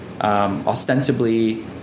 ostensibly